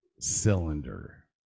Cylinder